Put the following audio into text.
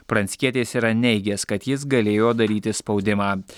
pranckietis yra neigęs kad jis galėjo daryti spaudimą